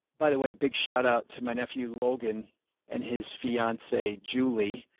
by the way, a big shout out to my nephew logan and his fiance, julie,